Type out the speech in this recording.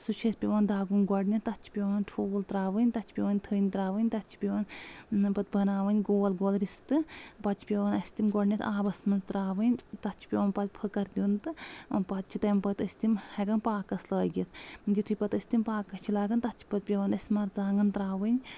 سُہ چھِ اَسہِ پؠوان دَگُن گۄڈنؠتھ تَتھ چھِ پؠوان ٹھوٗل ترٛاوٕنۍ تَتھ چھِ پؠوَان تھٔنۍ ترٛاوٕنۍ تَتھ چھِ پؠوَان پَتہٕ بناوٕنۍ گول گول رِستہٕ پتہٕ چھِ پؠوَان اَسہِ تِم گۄڈنؠتھ آبس منٛز تراوٕنۍ تَتھ چھِ پؠوَان پَتہٕ پھکٕر دیُن تہٕ پَتہٕ چھِ تَمہِ پَتہٕ أسۍ تِم ہؠکان پاکَس لٲگِتھ یِتھُے پتہٕ أسۍ تِم پاکَس چھِ لاگَان تَتھ چھِ پتہٕ پؠوَان اَسہِ مرژانٛگن تراوٕنۍ